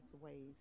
ways